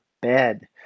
bed